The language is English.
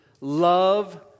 love